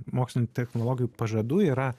mokslinių technologijų pažadų yra